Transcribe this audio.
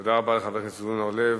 תודה רבה לחבר הכנסת זבולון אורלב.